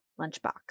lunchbox